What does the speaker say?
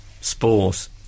spores